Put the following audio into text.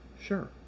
Sure